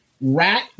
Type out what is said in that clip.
Rat